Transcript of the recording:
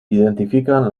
identifican